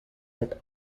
that